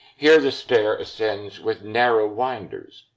here, the stair ascends with narrow winders.